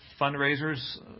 fundraiser's